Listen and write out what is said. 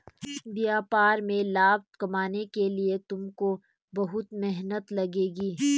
व्यापार में लाभ कमाने के लिए तुमको बहुत मेहनत लगेगी